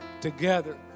together